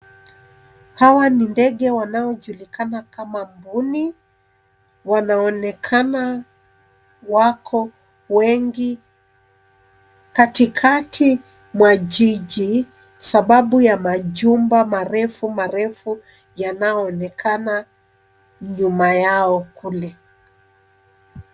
Hawa ni ndege wanaojulikana kama mbuni. Wanaonekana wako wengi katikati mwa jiji sababu ya majumba marefu marefu yanaoonekana nyuma yao kule.